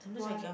why